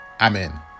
Amen